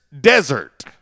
Desert